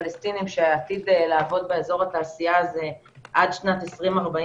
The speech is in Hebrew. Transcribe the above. הפלסטינים שעתידים לעבוד באזור התעשייה הזה עד שנת 2040,